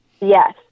yes